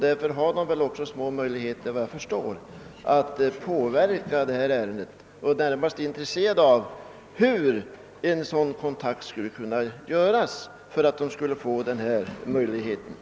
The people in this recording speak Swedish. Därför har de väl också små möjligheter att påverka dessa ärenden. Jag är närmast intresserad av hur en sådan kontakt skall åstadkommas, så att de får möjlighet till inflytande, som jag anser vara starkt motiverat.